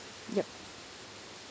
yup